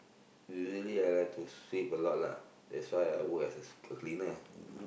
usualy I like to sweep a lot lah that's why I work as a cleaner